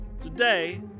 Today